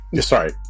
Sorry